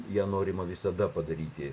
ją norima visada padaryti